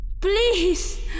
Please